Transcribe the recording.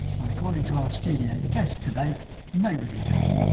well according to our studio guest today nobody does.